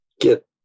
get